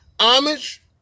homage